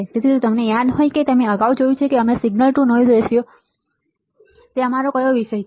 તેથી જો તમને યાદ હોય કે અમે અગાઉ જે જોયું છે તે અમે સિગ્નલ ટુ નોઈઝ રેશિયોમાં જોયુ છે અને જે અમારો કયો વિષય છે